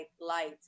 light